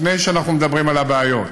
לפני שאנחנו מדברים על הבעיות.